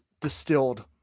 distilled